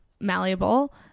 malleable